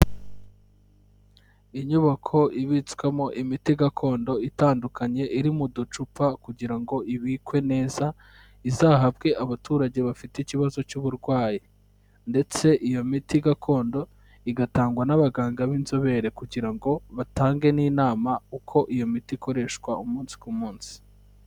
Inyubako ibitswemo imiti gakondo itandukanye iri mu ducupa kugira ngo ibikwe neza, izahabwe abaturage bafite ikibazo cy'uburwayi ndetse iyo miti gakondo igatangwa n'abaganga b'inzobere kugira ngo batange n'inama uko iyo miti ikoreshwa umunsi ku munsi.